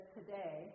today